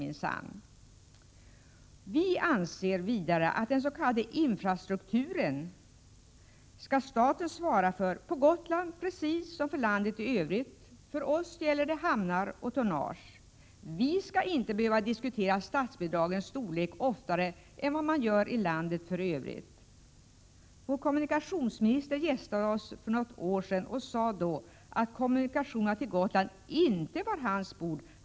Vi anser att staten skall svara för den s.k. infrastrukturen på Gotland på precis samma sätt som när det gäller landet i övrigt. För oss gäller det hamnar och tonnage. Vi skall inte behöva diskutera statsbidragens storlek oftare än vad man gör i landet i övrigt. Vår kommunikationsminister gästade oss för något år sedan och sade då att kommunikationerna till Gotland inte var hans bord.